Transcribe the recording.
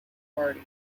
party